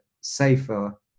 safer